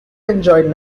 enjoyed